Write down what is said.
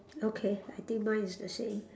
okay I think mine is the same